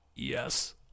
yes